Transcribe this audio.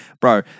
bro